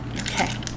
Okay